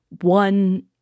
one